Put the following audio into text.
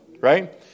right